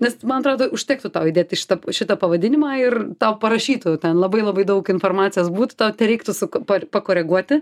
nes man atrodo užtektų tau įdėti šitą šitą pavadinimą ir tau parašytų ten labai labai daug informacijos būtų tau tereiktų suko par pakoreguoti